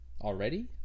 already